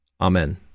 Amen